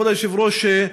כבוד היושב-ראש,